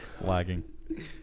Lagging